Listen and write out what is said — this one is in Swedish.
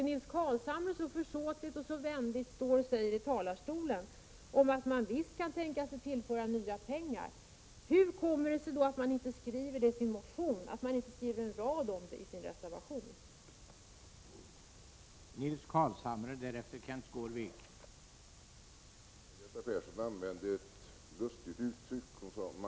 Nils Carlshamre säger så försåtligt och vänligt från kammarens talarstol att man visst kan tänka sig att tillföra nya pengar, men hur kommer det sig då att — Prot. 1987/88:31 man inte skriver det i sin motion och inte en rad om det i sin reservation 5? — 25 november 1987